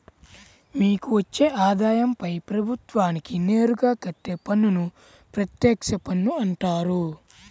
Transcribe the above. మీకు వచ్చే ఆదాయంపై ప్రభుత్వానికి నేరుగా కట్టే పన్నును ప్రత్యక్ష పన్ను అంటారు